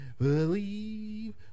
Believe